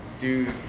Dude